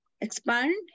expand